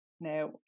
Now